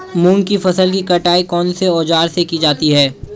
मूंग की फसल की कटाई कौनसे औज़ार से की जाती है?